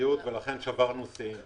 יצירתיות ולכן שברנו שיאים.